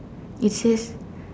it says